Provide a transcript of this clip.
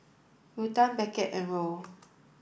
Ruthann Beckett and Roll